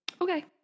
Okay